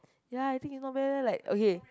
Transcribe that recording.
ya I think it not bad leh like okay